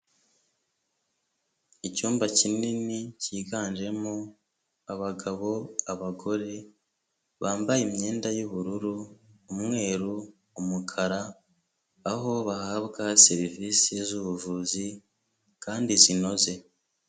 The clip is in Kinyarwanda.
Icyumba kinini cyiganjemo abagabo, abagore, bambaye imyenda y'ubururu, umweru umukara, aho bahabwa serivisi z'ubuvuzi kandi zinoze.